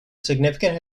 significant